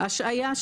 השהייה,